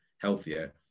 healthier